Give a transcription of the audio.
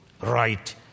right